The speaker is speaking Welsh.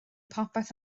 popeth